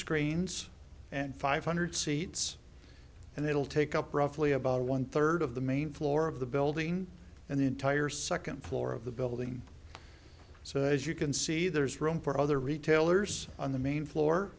screens and five hundred seats and it'll take up roughly about one third of the main floor of the building and the entire second floor of the building so as you can see there's room for other retailers on the main floor